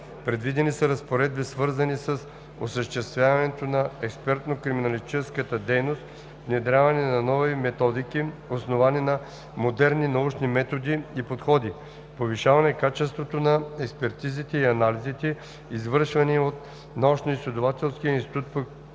Предвидени са разпоредби, свързани с осъществяването на експертно-криминалистичната дейност, внедряване на нови методики, основани на модерни научни методи и подходи, повишаване качеството на експертизите и анализите, извършвани от Научноизследователския институт по